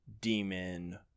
demon